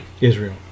Israel